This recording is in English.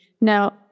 Now